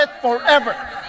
forever